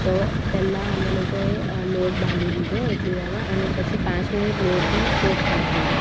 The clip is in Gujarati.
તો પેલા અમે લોકોએ લોટ બાંધી દીધો એટલી વારમાં અને પછી પાંચ મિનિટ લોટને સોક થવા દીધો